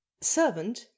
servant